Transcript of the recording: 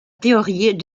théorie